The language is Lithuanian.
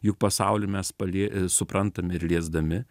juk pasaulį mes palie suprantame ir liesdami